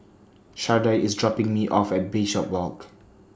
Shardae IS dropping Me off At Bishopswalk